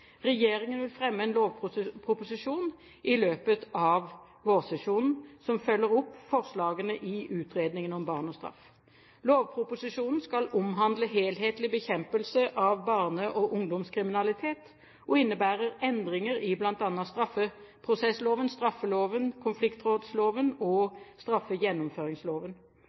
Regjeringen vil i løpet av vårsesjonen fremme en lovproposisjon som følger opp forslagene i utredningen om barn og straff. Lovproposisjonen skal omhandle helhetlig bekjempelse av barne- og ungdomskriminalitet, og innebærer endringer i bl.a. straffeprosessloven, straffeloven, konfliktrådsloven og straffegjennomføringsloven.